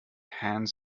hands